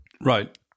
right